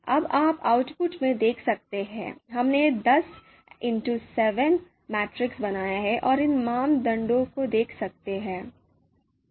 अब आप आउटपुट में देख सकते हैं हमने 10x7 मैट्रिक्स बनाया है और आप इन मानदंडों को देख सकते हैं